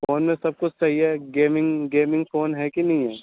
phone میں سب کچھ صحیح ہے گیمنگ گیمنگ فون ہے کہ نہیں ہے